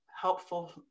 helpful